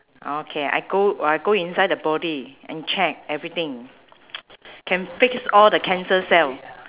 okay I go uh I go inside the body and check everything can fix all the cancer cell